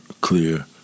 clear